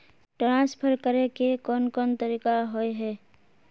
Transfer करे के कोन कोन तरीका होय है?